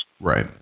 Right